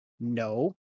No